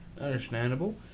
Understandable